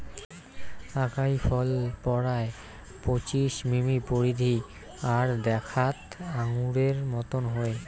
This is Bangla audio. আকাই ফল পরায় পঁচিশ মিমি পরিধি আর দ্যাখ্যাত আঙুরের মতন হই